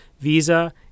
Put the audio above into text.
visa